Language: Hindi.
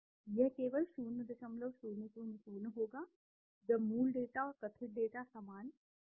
यह केवल 0000 होगा जब मूल डेटा और कथित डेटा समान या समान होंगे